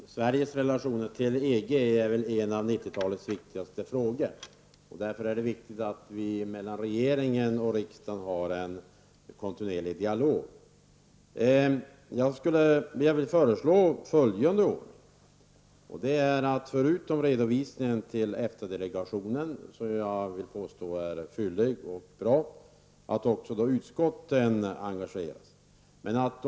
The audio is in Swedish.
Herr talman! Sveriges relationer till EG är en av 90-talets viktigaste frågor. Därför är det viktigt att vi har en kontinuerlig dialog mellan regeringen och riksdagen. Jag vill föreslå följande ordning: Förutom redovisningen till EFTA-delegationen, som jag vill påstå är fyllig och bra, skall också utskotten engageras.